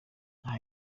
aha